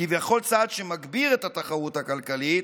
כביכול צעד שמגביר את התחרות הכלכלית,